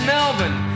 Melbourne